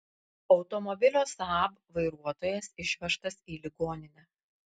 automobilio saab vairuotojas išvežtas į ligoninę